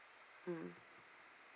mm